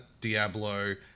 Diablo